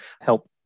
help